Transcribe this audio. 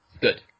Good